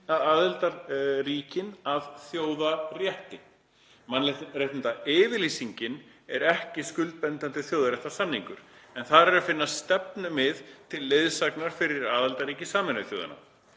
aðildarríkin að þjóðarétti. Mannréttindayfirlýsingin er ekki skuldbindandi þjóðréttarsamningur, en þar er að finna stefnumið til leiðsagnar fyrir aðildarríki Sameinuðu þjóðanna.